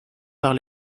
par